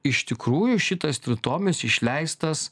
iš tikrųjų šitas tritomis išleistas